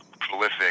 prolific